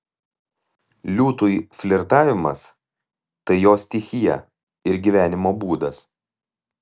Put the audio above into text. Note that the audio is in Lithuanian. liūtui flirtavimas tai jo stichija ir gyvenimo būdas